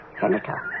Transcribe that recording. Senator